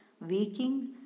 waking